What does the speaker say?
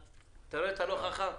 אתה רואה, אתה לא חכם.